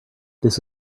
this